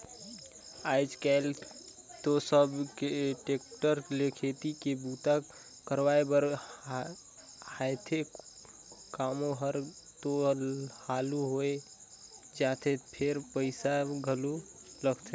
आयज कायल तो सब टेक्टर ले खेती के बूता करवाए बर चाहथे, कामो हर तो हालु होय जाथे फेर पइसा घलो लगथे